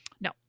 No